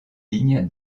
ligne